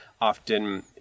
often